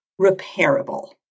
repairable